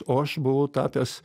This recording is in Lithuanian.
o aš buvau tapęs